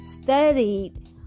studied